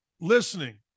listening